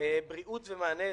בריאות ומענה אזרחי,